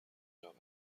بیاورد